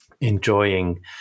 enjoying